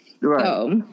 Right